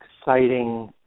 exciting